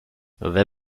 wer